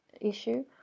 issue